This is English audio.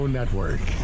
Network